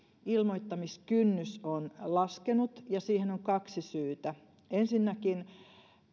ilmoittamiskynnys on laskenut ja siihen on kaksi syytä ensinnäkin